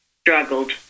struggled